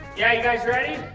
yeah, are you guys ready?